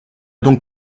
donc